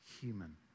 human